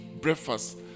breakfast